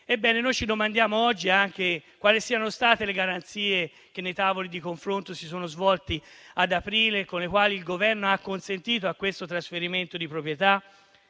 Noi ci domandiamo oggi anche quali siano state le garanzie nei tavoli di confronto che si sono svolti ad aprile, con le quali il Governo ha acconsentito a questo trasferimento di proprietà,